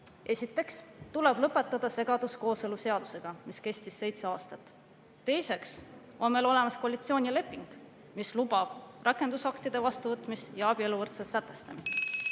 Esiteks tuleb lõpetada segadus kooseluseadusega, mis on kestnud seitse aastat. Teiseks on meil olemas koalitsioonileping, mis lubab rakendusaktide vastuvõtmist ja abieluvõrdsuse sätestamist.